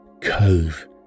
COVE